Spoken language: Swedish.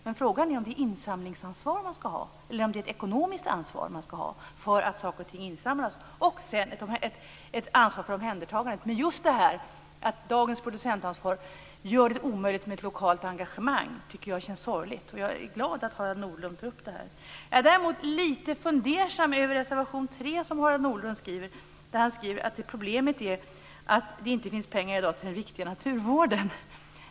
Men frågan är om det är ett insamlingsansvar som de skall ha eller om det är ett ekonomiskt ansvar som de skall ha för att saker och ting insamlas och ett ansvar för omhändertagandet. Men just dagens producentansvar som gör det omöjligt med ett lokalt engagemang tycker jag känns sorgligt. Jag är därför glad att Harald Nordlund tar upp detta. Jag är däremot lite fundersam över reservation 3 där Harald Nordlund skriver att problemet är att det i dag inte finns pengar till den riktiga naturvården.